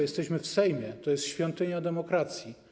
Jesteśmy w Sejmie, to jest świątynia demokracji.